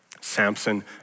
Samson